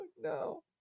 no